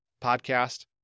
podcast